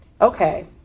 okay